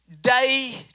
day